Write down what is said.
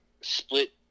split